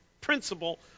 principle